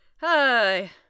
Hi